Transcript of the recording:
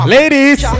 Ladies